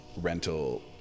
rental